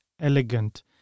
elegant